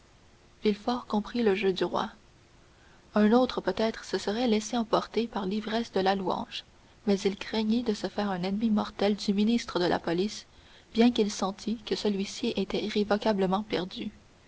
auparavant villefort comprit le jeu du roi un autre peut-être se serait laissé emporter par l'ivresse de la louange mais il craignit de se faire un ennemi mortel du ministre de la police bien qu'il sentît que celui-ci était irrévocablement perdu